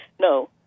No